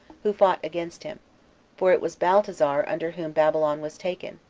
who fought against him for it was baltasar, under whom babylon was taken,